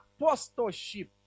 apostleship